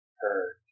heard